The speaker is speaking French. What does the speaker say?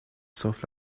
sauf